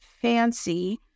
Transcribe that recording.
fancy